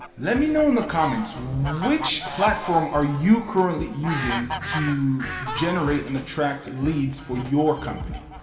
let me know in the comments, which platform are you currently using to generate and attract leads for your company?